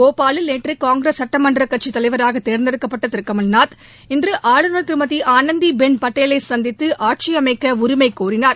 போபாலில் நேற்று காங்கிரஸ் சுட்டம்ன்ற கட்சி தலைவராக தோந்தெடுக்கப்பட்ட திரு கமல்நாத் இன்று ஆளுநர் திருமதி ஆனந்தி பெள் பட்டேலை சந்தித்து ஆட்சி அமைக்க உரிமை கோரினார்